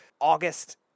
August